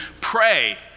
pray